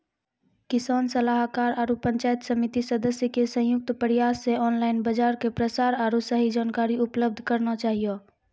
किसान सलाहाकार आरु पंचायत समिति सदस्य के संयुक्त प्रयास से ऑनलाइन बाजार के प्रसार आरु सही जानकारी उपलब्ध करना चाहियो?